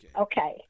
Okay